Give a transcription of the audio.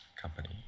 company